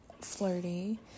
flirty